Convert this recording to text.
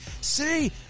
see